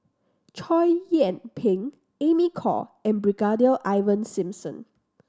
Chow Yian Ping Amy Khor and Brigadier Ivan Simson